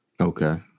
okay